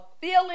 feeling